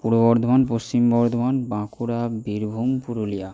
Purba Bardhaman Paschim Bardhaman Bankura Birbhum Purulia